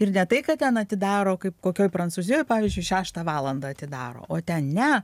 ir ne tai kad ten atidaro kaip kokioj prancūzijoj pavyzdžiui šeštą valandą atidaro o ten ne